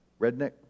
redneck